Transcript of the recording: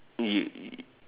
you